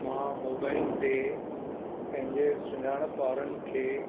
मां मोबाइल ते पंहिंजे सुञाणप वारनि खे